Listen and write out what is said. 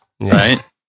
right